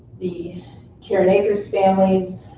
the caring acres families